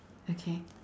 okay